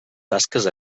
tasques